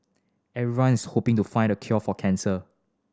everyone is hoping to find the cure for cancer